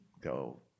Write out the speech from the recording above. go